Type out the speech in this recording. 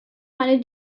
meine